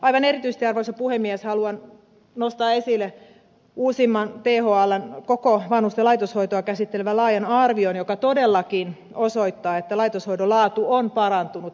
aivan erityisesti arvoisa puhemies haluan nostaa esille thln uusimman koko vanhusten laitoshoitoa koskevan laajan arvion joka todellakin osoittaa että laitoshoidon laatu on parantunut